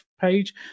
page